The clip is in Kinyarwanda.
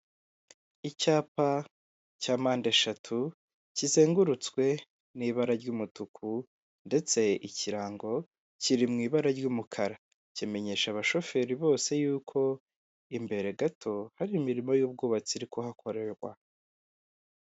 Icyapa cya mpandeshatu kizengurutswe n'ibara ry'umutuku, ndetse ikirango kiri mu ibara ry'umukara. Kimenyesha abashoferi bose yuko imbere gato, hari imirimo y'ubwubatsi iri kuhakorerwa.